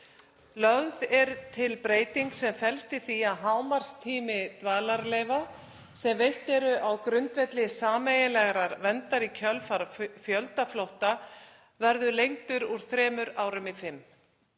Lögð er til breyting sem felst í því að hámarkstími dvalarleyfa sem veitt eru á grundvelli sameiginlegrar verndar í kjölfar fjöldaflótta verði lengdur úr þremur árum í fimm.